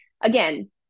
Again